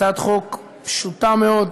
הצעת החוק פשוטה מאוד,